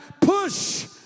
push